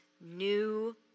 new